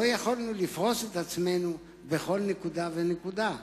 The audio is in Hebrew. לא יכולנו לפרוס את עצמנו בכל נקודה ונקודה,